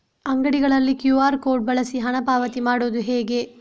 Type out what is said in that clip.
ಅಂಗಡಿಗಳಲ್ಲಿ QR code ಬಳಸಿ ಹಣ ಪಾವತಿ ಮಾಡೋದು ಹೇಗೆ?